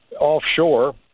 offshore